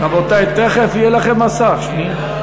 תקציב המדינה לשנים 2009 עד 2012